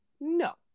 No